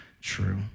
true